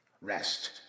Rest